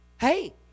Hey